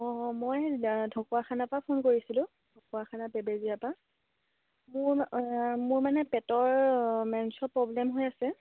অঁ মই ঢকুৱাখানা পৰা ফোন কৰিছিলো ঢকুৱাখানা বেবেজীয়া পৰা মোৰ মোৰ মানে পেটৰ মেন্সৰ প্ৰব্লেম হৈ আছে